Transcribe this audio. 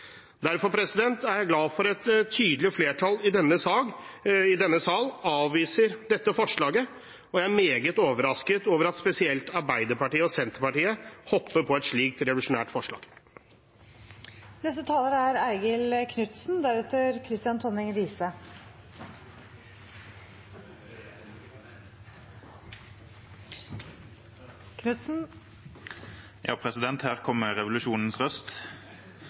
Derfor er jeg glad for at et tydelig flertall i denne sal avviser dette forslaget. Jeg er meget overrasket over at spesielt Arbeiderpartiet og Senterpartiet hopper på et slikt revolusjonært forslag. Her kommer revolusjonens røst.